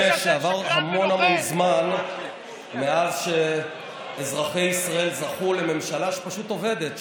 שעבר המון זמן מאז שאזרחי ישראל זכו לממשלה שפשוט עובדת,